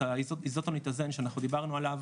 את האיזוטומיזטן שאנחנו דיברנו עליו